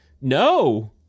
no